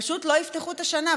פשוט לא יפתחו את השנה.